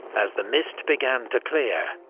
as the mist began to clear,